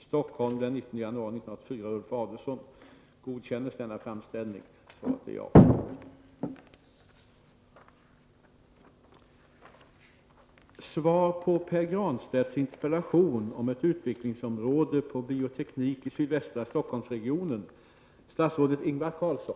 Stockholm den 19 januari 1984 Ulf Adelsohn